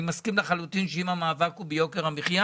אני מסכימה שצריכה להיות התייחסות למשק משפחתי ובראייה